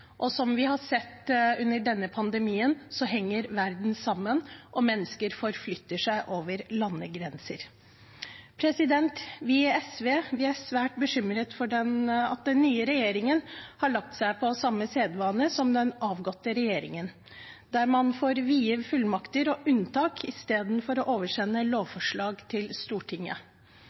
og som vi har sett under denne pandemien, henger verden sammen, og mennesker forflytter seg over landegrenser. Vi i SV er svært bekymret over at den nye regjeringen har lagt seg på samme linje som den avgåtte regjeringen, der man får vide fullmakter og unntak i stedet for å oversende lovforslag til Stortinget.